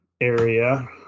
area